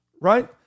right